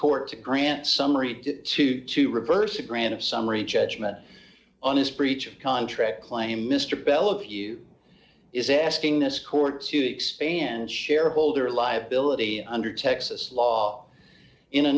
court to grant summary to to reverse a grant of summary judgment on his breach of contract claim mr bell of you is asking this court to expand shareholder liability under texas law in a